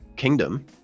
kingdom